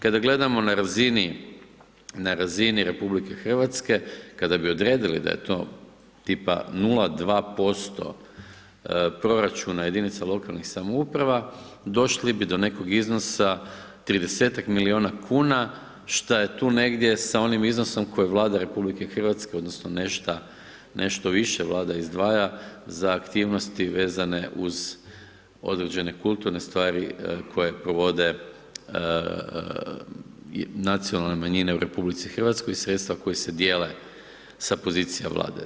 Kada gledamo na razini, na razini RH, kada bi odredili da je to tipa 0,2% proračuna jedinice lokalne samouprave došli bi do nekog iznosa 30-tak milijuna kuna što je tu negdje sa onim iznosom koje Vlada RH odnosno, nešto više vlada izdvaja za aktivnosti vezane uz određene kulturne stvari koje provode nacionalne manjine u RH i sredstva koje se dijele sa pozicija vlade.